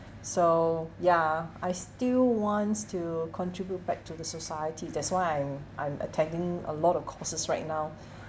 so ya I still wants to contribute back to the society that's why I'm I'm attending a lot of courses right now